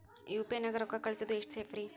UPI ನ್ಯಾಗ ರೊಕ್ಕ ಕಳಿಸೋದು ಎಷ್ಟ ಸೇಫ್ ರೇ?